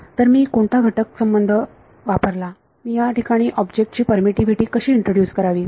तर मी कोणता घटक संबंध वापरला मी या ठिकाणी ऑब्जेक्टची परमिटीव्हिटी कशी इंट्रोड्युस करावी